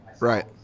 Right